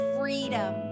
freedom